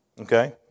okay